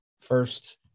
first